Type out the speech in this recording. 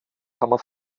kammer